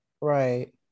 Right